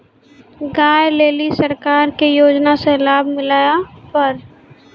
गाय ले ली सरकार के योजना से लाभ मिला पर?